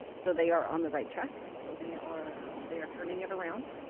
so they are on the right track. so they are they are turning it around.